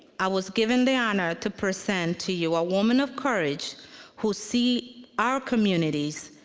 i was given the honor to present to you, a woman of courage who see our communities,